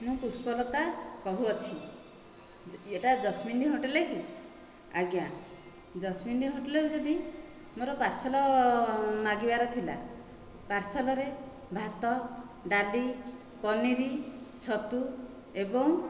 ମୁଁ ପୁଷ୍ପଲତା କହୁଅଛି ଏ'ଟା ଜସ୍ମିନ ହୋଟେଲ କି ଆଜ୍ଞା ଜସ୍ମିନ ହୋଟେଲେରୁ ଯଦି ମୋ'ର ପାର୍ସଲ ମାଗିବାର ଥିଲା ପାର୍ସଲରେ ଭାତ ଡାଲି ପନିର ଛତୁ ଏବଂ